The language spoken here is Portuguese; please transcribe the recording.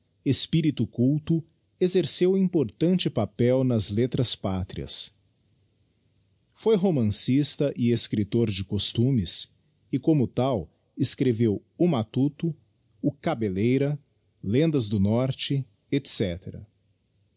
espirito culto exerceu importante papel nas letraspátrias foi romancista e escriptor de costumes e como tal escreveu o matuto y o cabelleíra lendas do norte